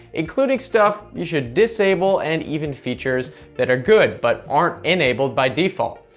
including stuff you should disable, and even features that are good, but aren't enabled by default.